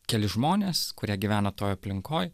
keli žmonės kurie gyvena toj aplinkoj